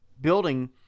building